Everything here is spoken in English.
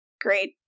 Great